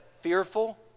fearful